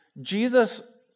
Jesus